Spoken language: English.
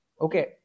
Okay